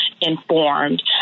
informed